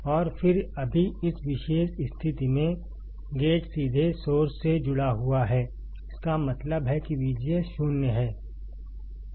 और फिर अभी इस विशेष स्थिति में गेट सीधे सोर्स से जुड़ा हुआ है इसका मतलब है कि VGS 0 है